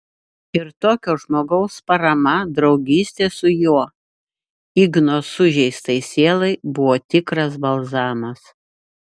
ir tokio žmogaus parama draugystė su juo igno sužeistai sielai buvo tikras balzamas